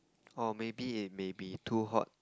oh maybe it maybe too hot